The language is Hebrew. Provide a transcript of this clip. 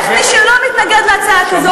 איך מי שלא מתנגד להצעה כזאת,